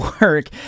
work